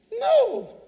No